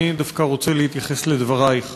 אני דווקא רוצה להתייחס לדברייך.